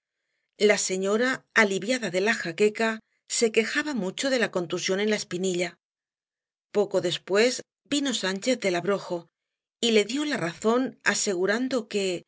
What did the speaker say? la señora aliviada de la jaqueca se quejaba mucho de la contusión en la espinilla poco después vino sánchez del abrojo y le dió la razón asegurando que